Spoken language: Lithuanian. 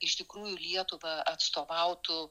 iš tikrųjų lietuvą atstovautų